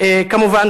כמובן,